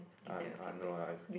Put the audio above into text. uh uh no lah it's okay